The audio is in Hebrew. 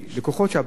לקוחות שהבנק